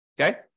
Okay